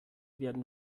werden